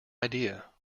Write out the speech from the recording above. idea